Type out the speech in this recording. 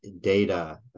data